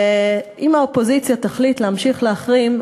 ואם האופוזיציה תחליט להמשיך להחרים,